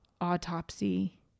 autopsy